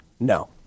No